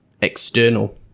external